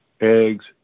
eggs